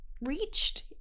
reached